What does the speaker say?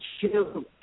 two